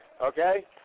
okay